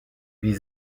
wie